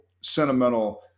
sentimental –